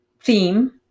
theme